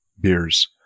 beers